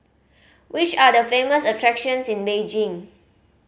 which are the famous attractions in Beijing